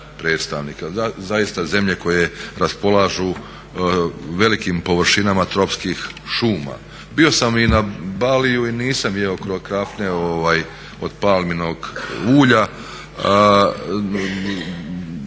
predstavnika. Zaista zemlje koje raspolažu velikim površinama tropskih šuma. Bio sam i na Baliju i nisam jeo krafne od palminog ulja.